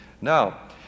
Now